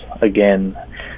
again